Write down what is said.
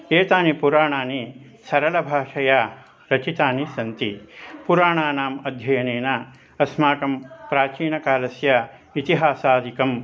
एतानि पुराणानि सरलभाषया रचितानि सन्ति पुराणानाम् अध्ययनेन अस्माकं प्राचीनकालस्य इतिहासादिकं